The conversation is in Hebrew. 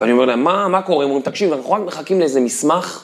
ואני אומר להם, מה קורה, הם אומרים, תקשיב, אנחנו רק מחכים לאיזה מסמך.